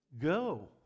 go